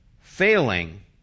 failing